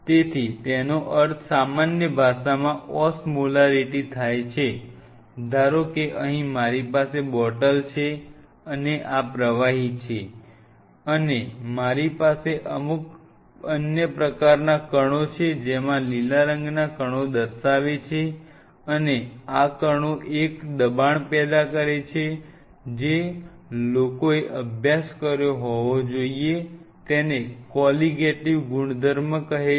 તેથી તેનો અર્થ સામાન્ય ભાષામાં ઓસ્મોલારિટી થાય છે ધારો કે અહીં મારી પાસે બોટલ છે અને આ પ્રવાહી છે અને મારી પાસે અમુક અન્ય પ્રકારના કણો છે જેમાં લીલા રંગના કણો દર્શાવે છે અને આ કણો એક દબાણ પેદા કરે છે જે લોકોએ અભ્યાસ કર્યો હોવો જોઈએ તેને કોલિગેટીવ ગુણધર્મો કહે છે